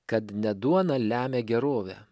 kad ne duona lemia gerovę